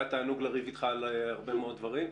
היה תענוג לריב איתך על כל מיני דברים.